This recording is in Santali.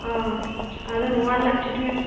ᱳ ᱟᱫᱚ ᱱᱚᱣᱟ ᱨᱮᱱᱟᱜ ᱴᱨᱤᱴᱢᱮᱱᱴ